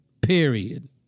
Period